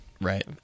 Right